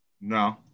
No